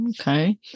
Okay